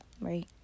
right